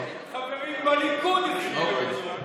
חברים בליכוד הכשילו את זה,